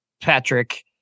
Patrick